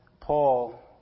Paul